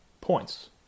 points